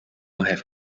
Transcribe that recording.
have